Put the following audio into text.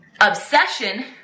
Obsession